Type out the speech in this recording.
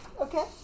okay